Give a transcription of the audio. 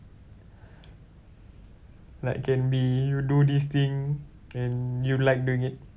like can be you do this thing and you like doing it